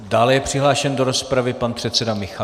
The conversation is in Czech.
Dále je přihlášen do rozpravy pan předseda Michálek.